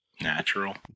natural